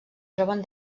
troben